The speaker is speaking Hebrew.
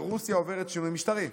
ורוסיה עוברת שינוי משטרי.